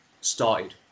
started